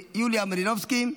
יוליה מלינובסקי,